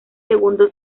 segundo